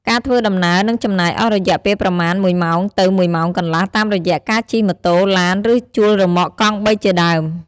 ការធ្វើដំណើរនឹងចំណាយអស់រយះពេលប្រមាណ ១ ម៉ោង ទៅ ១ ម៉ោងកន្លះតាមរយះកាជិះម៉ូតូ ឡាន ឬជួលរ៉ឺម៉កកង់បីជាដើម ។